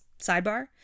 Sidebar